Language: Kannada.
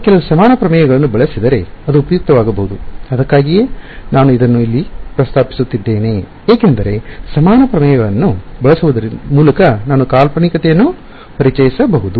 ನಾನು ಕೆಲವು ಸಮಾನ ಪ್ರಮೇಯಗಳನ್ನು ಬಳಸಿದರೆ ಅದು ಉಪಯುಕ್ತವಾಗಬಹುದು ಅದಕ್ಕಾಗಿಯೇ ನಾನು ಅದನ್ನು ಇಲ್ಲಿ ಪ್ರಸ್ತಾಪಿಸುತ್ತಿದ್ದೇನೆ ಏಕೆಂದರೆ ಸಮಾನ ಪ್ರಮೇಯಗಳನ್ನು ಬಳಸುವುದರ ಮೂಲಕ ನಾನು ಕಾಲ್ಪನಿಕತೆಯನ್ನು ಪರಿಚಯಿಸಬಹುದು